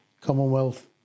Commonwealth